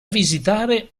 visitare